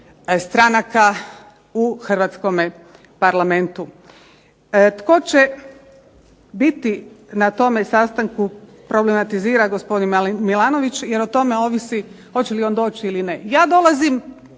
stranaka u Hrvatskome parlamentu. Tko će biti na tome sastanku problematizira gospodin Milanović jer o tome ovisi hoće li on doći ili ne. Ja dolazim